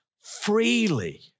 freely